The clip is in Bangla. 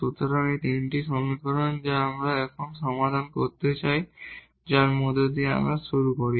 সুতরাং এই তিনটি সমীকরণ যা আমরা এখন সমাধান করতে চাই যার মধ্য দিয়ে আমরা শুরু করি